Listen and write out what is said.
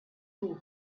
two